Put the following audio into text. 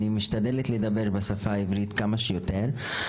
אני משתדלת לדבר בשפה העברית כמה שיותר.